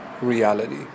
reality